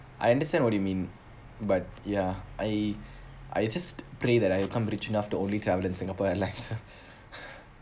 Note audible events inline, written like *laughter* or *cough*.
I understand what you mean but ya I I just pray that I'll come rich enough to only travel in singapore airlines *laughs* lah *breath*